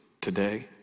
today